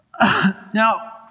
Now